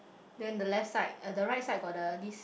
then the left side uh the right side got the this